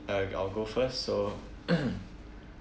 I I'll go first so